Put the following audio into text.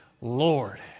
Lord